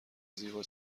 زیبا